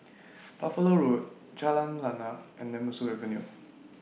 Buffalo Road Jalan Lana and Nemesu Avenue